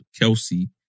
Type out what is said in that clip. Kelsey